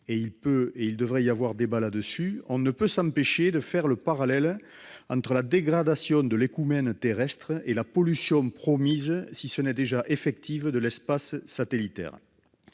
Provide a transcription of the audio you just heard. peut, il devrait, y avoir débat là-dessus -, on ne peut s'empêcher de faire le parallèle entre la dégradation de l'écoumène terrestre et la pollution promise, si ce n'est déjà effective, de l'espace satellitaire.